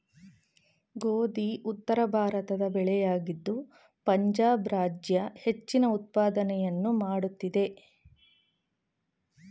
ಗೋಧಿ ಉತ್ತರಭಾರತದ ಬೆಳೆಯಾಗಿದ್ದು ಪಂಜಾಬ್ ರಾಜ್ಯ ಹೆಚ್ಚಿನ ಉತ್ಪಾದನೆಯನ್ನು ಮಾಡುತ್ತಿದೆ